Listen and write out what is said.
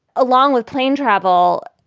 along with plane travel,